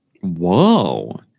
Whoa